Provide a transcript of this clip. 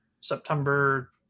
September